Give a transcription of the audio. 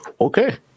Okay